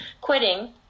quitting